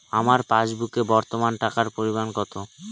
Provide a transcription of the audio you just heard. আমার পাসবুকে বর্তমান টাকার পরিমাণ কত?